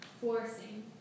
forcing